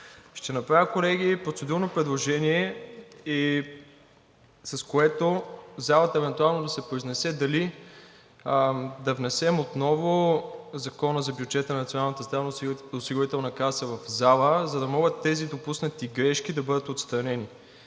Ще направя, колеги, процедурно предложение, с което залата евентуално да се произнесе дали да внесем отново Закона за бюджета на Националната здравноосигурителна каса в залата, за да могат тези допуснати грешки да бъдат отстранени.